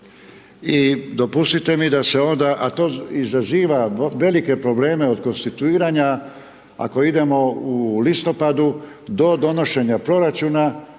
I dopustite mi da se onda, a to izaziva velike probleme od konstituiranja ako idemo u listopadu do donošenja proračuna